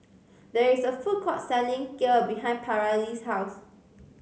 there is a food court selling Kheer behind Paralee's house